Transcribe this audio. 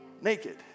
naked